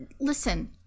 listen